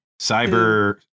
cyber